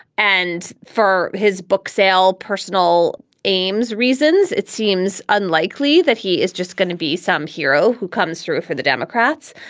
and for his book sale personal aims reasons, it seems unlikely that he is just going to be some hero hero who comes through for the democrats.